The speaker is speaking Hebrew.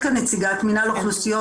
הות"ת ורשות החדשנות.